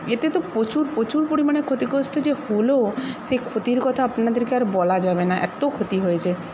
এতে তো প্রচুর প্রচুর পরিমাণে ক্ষতিগ্রস্ত যে হল সেই ক্ষতির কথা আপনাদেরকে আর বলা যাবে না এতো ক্ষতি হয়েছে